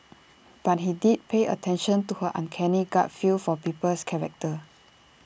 but he did pay attention to her uncanny gut feel for people's characters